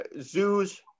zoos